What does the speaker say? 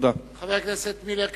חבר הכנסת מילר?